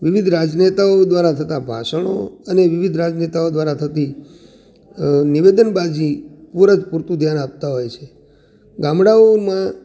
વિવિધ રાજનેતાઓ દ્રારા થતાં ભાષણો અને વિવિધ રાજનેતાઓ દ્રારા થતી નિવેદનબાજી પૂરત પૂરતું ધ્યાન આપતા હોય છે ગામડાઓમાં